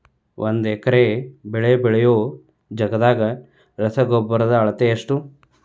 ಒಂದ್ ಎಕರೆ ಬೆಳೆ ಬೆಳಿಯೋ ಜಗದಾಗ ರಸಗೊಬ್ಬರದ ಅಳತಿ ಎಷ್ಟು?